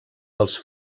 dels